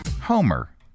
Homer